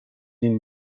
این